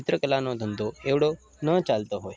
ચિત્રકલાનો ધંધો એટલો ન ચાલતો હોય પણ